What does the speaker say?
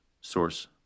Source